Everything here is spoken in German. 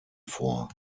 vor